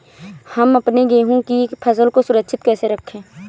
हम अपने गेहूँ की फसल को सुरक्षित कैसे रखें?